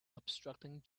obstructing